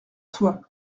toi